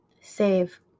Save